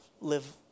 live